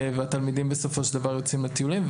והתלמידים בסופו של דבר יוצאים לטיולים,